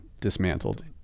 dismantled